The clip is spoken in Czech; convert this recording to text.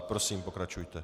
Prosím, pokračujte.